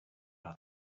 about